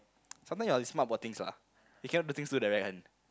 sometimes you have to smart about things lah you cannot do things do the right hand